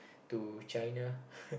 to China